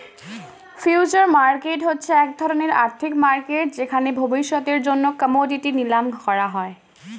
future market হচ্ছে এক ধরণের আর্থিক মার্কেট যেখানে ভবিষ্যতের জন্য কোমোডিটি নিলাম করা হয়